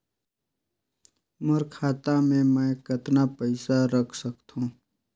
मोर खाता मे मै कतना पइसा रख सख्तो?